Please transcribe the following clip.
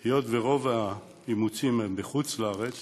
שרוב האימוצים הם מחוץ-לארץ,